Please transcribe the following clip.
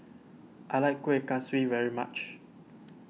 I like Kuih Kaswi very much